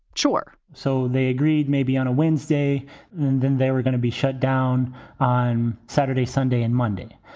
sure so they agreed maybe on a wednesday then they were gonna be shut down on saturday, sunday and monday.